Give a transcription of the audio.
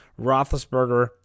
Roethlisberger